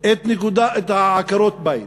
את עקרות-הבית.